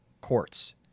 courts